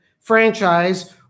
franchise